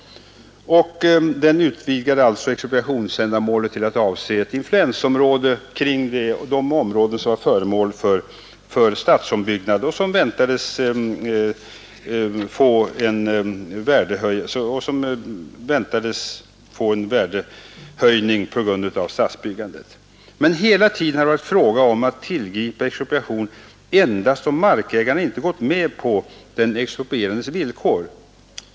Den utvidgade expropriationsändamålen till att avse ett influensområde kring de områden som är föremål för stadsombyggnad och som väntas få en värdehöjning på grund av stadsbyggandet. Men hela tiden har det varit fråga om att tillgripa expropriation endast om markägaren inte gått med på den exproprierandes villkor.